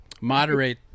moderate